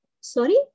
Sorry